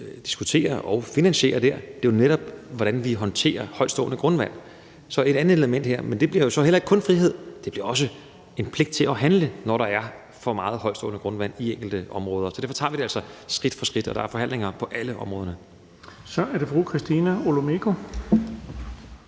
som aftaleparti er medlem, jo netop er, hvordan vi håndterer højtstående grundvand. Så er der her et andet element, som så heller ikke kun bliver frihed. For der bliver også en pligt til at handle, når der er for meget højtstående grundvand i enkelte områder. Så derfor tager vi det altså skridt for skridt, og der er forhandlinger på alle områderne. Kl. 14:33 Den fg. formand (Erling